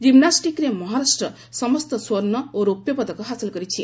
ଜିମ୍ନାଷ୍ଟିକ୍ରେ ମହାରାଷ୍ଟ୍ର ସମସ୍ତ ସ୍ୱର୍ଷ୍ଣ ଓ ରୌପ୍ୟ ପଦକ ହାସଲ କରିଛି